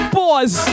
boys